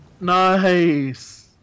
Nice